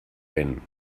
vent